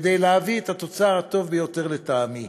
כדי להביא את התוצר הטוב ביותר, לטעמי.